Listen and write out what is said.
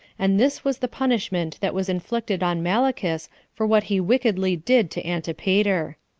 and this was the punishment that was inflicted on malichus for what he wickedly did to antipater.